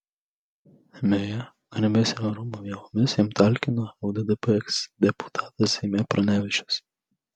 beje garbės ir orumo bylomis jam talkino lddp eksdeputatas seime pranevičius